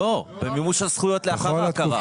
לא, במימוש הזכויות לאחר ההכרה.